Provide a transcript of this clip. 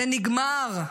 זה נגמר.